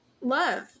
love